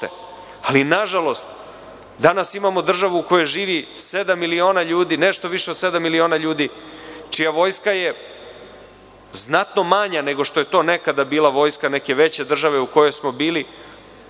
ali nažalost danas imamo državu u kojoj živi sedam miliona ljudi, nešto više od sedam milioni ljudi čija je vojska znatno manja nego što je nekada bila vojska neke veće države u kojoj smo bili.